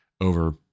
over